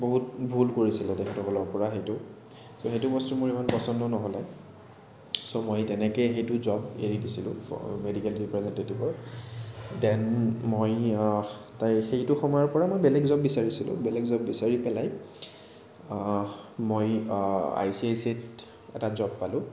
বহুত ভুল কৰিছিলে তেখেতসকলৰ পৰা সেইটো চ' সেইটো বস্তু মোৰ ইমান পছন্দ নহ'লে চ' মই তেনেকে সেইটো জব এৰি দিছিলোঁ ফৰ মেডিকেল ৰিপ্ৰেজেনটেটিভৰ দেন মই তাৰ সেইটো সময়ৰ পৰা মই সেইটো সময়ৰ পৰা বেলেগ জব বিচাৰিছিলোঁ বেলেগ জব বিচাৰি পেলাই মই মই আই চি আই চি আইত এটা জব পালোঁ